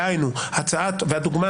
והדוגמה,